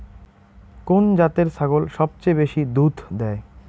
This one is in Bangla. কুন জাতের ছাগল সবচেয়ে বেশি দুধ দেয়?